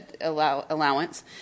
allowance